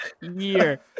year